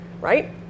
right